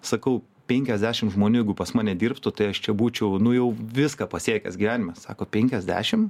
sakau penkiasdešimt žmonių jeigu pas mane dirbtų tai aš čia būčiau nu jau viską pasiekęs gyvenime sako penkiasdešimt